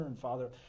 Father